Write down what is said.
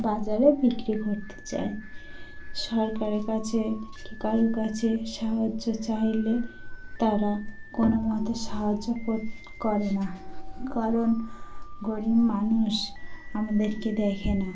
বাজারে বিক্রি করতে যাই সরকারের কাছে কি কারো কাছে সাহায্য চাইলে তারা কোনো মতে সাহায্য করে না কারণ গরিব মানুষ আমাদেরকে দেখে না